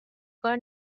کار